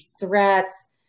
threats